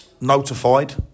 notified